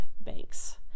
banks